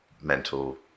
mental